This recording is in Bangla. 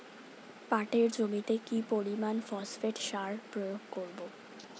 পাটের জমিতে কি পরিমান ফসফেট সার প্রয়োগ করব?